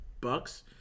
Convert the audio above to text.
bucks